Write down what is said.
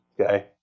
Okay